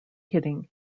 hitting